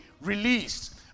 released